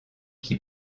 qui